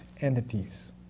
entities